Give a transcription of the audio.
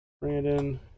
Brandon